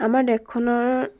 আমাৰ দেশখনৰ